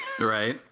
Right